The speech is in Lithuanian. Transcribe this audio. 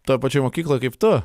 toj pačioj mokykloj kaip tu